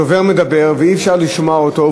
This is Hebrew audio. הדובר מדבר, ואי-אפשר לשמוע אותו.